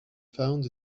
found